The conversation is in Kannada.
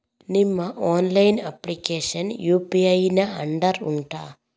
ನಿಮ್ಮ ಆನ್ಲೈನ್ ಅಪ್ಲಿಕೇಶನ್ ಯು.ಪಿ.ಐ ನ ಅಂಡರ್ ಉಂಟಾ